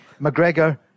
McGregor